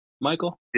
Michael